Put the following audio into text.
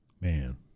Man